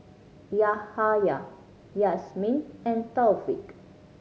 Yahaya Yasmin and Taufik